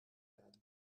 werden